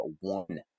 one